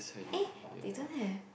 eh they don't have